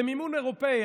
במימון אירופי,